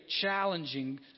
challenging